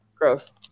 gross